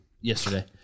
Yesterday